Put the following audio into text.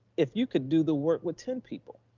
if you could do the work with ten people,